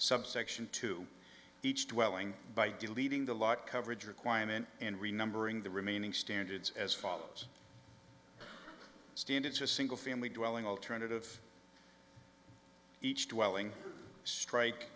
subsection to each dwelling by deleting the lot coverage requirement and remembering the remaining standards as follows standards a single family dwelling alternative each dwelling strike